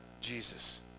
Jesus